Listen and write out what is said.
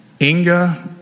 Inga